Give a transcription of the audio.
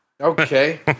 Okay